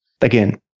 again